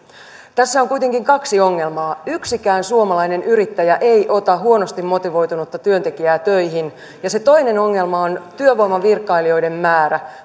tässä on kuitenkin kaksi ongelmaa yksikään suomalainen yrittäjä ei ota huonosti motivoitunutta työntekijää töihin ja se toinen ongelma on työvoimavirkailijoiden määrä